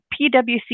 PWC